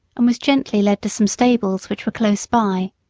and was gently led to some stables which were close by.